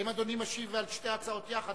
האם אדוני משיב על שתי ההצעות יחד,